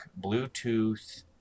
Bluetooth